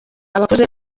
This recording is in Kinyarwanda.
abakuze